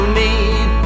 need